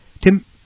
Tim